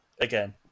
Again